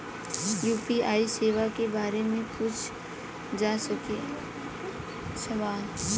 UPI सेवा के बारे में पूछ जा सकेला सवाल?